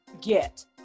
get